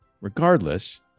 Regardless